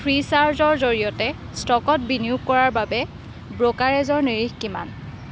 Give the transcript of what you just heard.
ফ্ৰীচাৰ্জৰ জৰিয়তে ষ্টকত বিনিয়োগ কৰাৰ বাবে ব্ৰ'কাৰেজৰ নিৰিখ কিমান